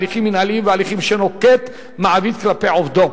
בהליכים מינהליים ובהליכים שנוקט מעביד כלפי עובדו,